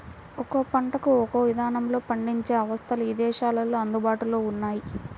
ఒక్కో పంటకు ఒక్కో ఇదానంలో పండించే అవస్థలు ఇదేశాల్లో అందుబాటులో ఉన్నయ్యి